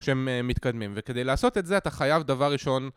שהם מתקדמים, וכדי לעשות את זה אתה חייב דבר ראשון...